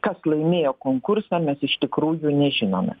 kas laimėjo konkursą mes iš tikrųjų nežinome